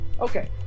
Okay